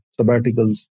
sabbaticals